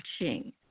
watching